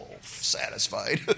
satisfied